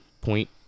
point